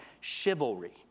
chivalry